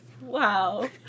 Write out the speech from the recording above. Wow